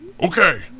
Okay